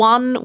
One